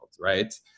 right